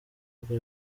kuko